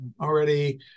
already